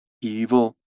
evil